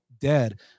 dead